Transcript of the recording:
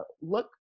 look